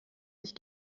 sich